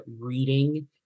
reading